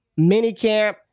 minicamp